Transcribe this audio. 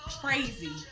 crazy